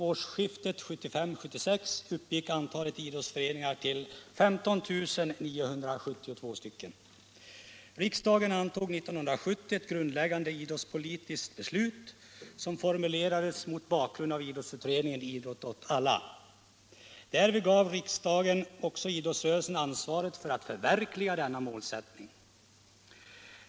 Årsskiftet 1975-1976 uppgick antalet idrottsföreningar till 15 972.